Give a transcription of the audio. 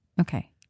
Okay